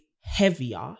heavier